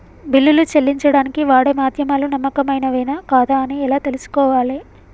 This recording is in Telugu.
బిల్లులు చెల్లించడానికి వాడే మాధ్యమాలు నమ్మకమైనవేనా కాదా అని ఎలా తెలుసుకోవాలే?